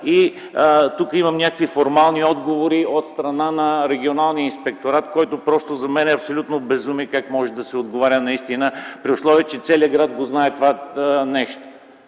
Тук имам някакви формални отговори от страна на Регионалния инспекторат, който просто за мен е абсолютно безумие как може да се отговаря наистина, при условие, че целият град го знае това нещо.